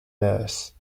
nurse